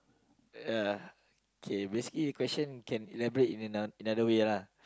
yeah K basically the question can elaborate in another way lah